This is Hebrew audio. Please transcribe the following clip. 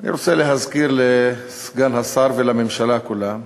אני רוצה להזכיר לסגן השר ולממשלה כולה,